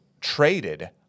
traded